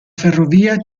ferrovia